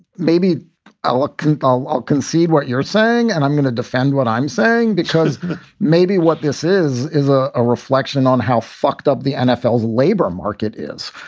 maybe i'll i'll i'll concede what you're saying and i'm going to defend what i'm saying, because maybe what this is, is ah a reflection on how fucked up the nfl labor market is.